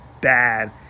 bad